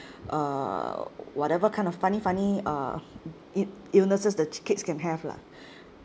err whatever kind of funny funny uh ill illnesses the kids can have lah